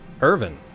Irvin